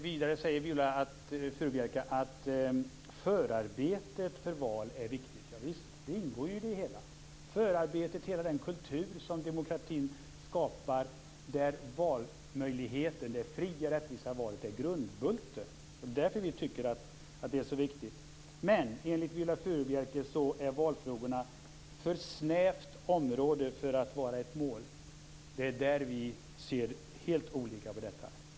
Vidare säger Viola Furubjelke att förarbetet för val är viktigt. Javisst! Förarbetet och hela den kultur som demokratin skapar för fria och rättvisa val är grundbulten. Det är därför vi tycker att valfrågor är så viktiga. Men enligt Viola Furubjelke är valfrågorna ett för snävt område för att vara ett mål. Det är där vi har helt olika uppfattning.